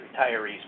retirees